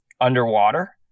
underwater